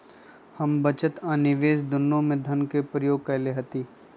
हम बचत आ निवेश दुन्नों में धन के प्रयोग कयले हती